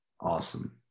awesome